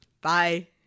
Bye